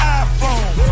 iphone